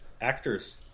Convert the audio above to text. actors